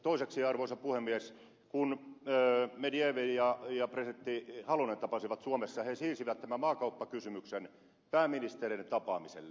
toiseksi arvoisa puhemies kun medvedev ja presidentti halonen tapasivat suomessa he siirsivät tämän maakauppakysymyksen pääministereiden tapaamiselle